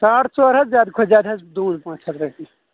ساڑ ژور ہتھ زیادٕ کھۄتہٕ زیادٕ حظ دوٗن پانژھ ہتھ رۄپیہِ